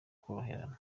koroherana